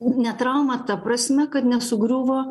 ne trauma ta prasme kad nesugriuvo